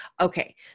Okay